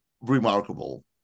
remarkable